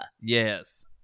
Yes